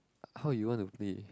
how you want to play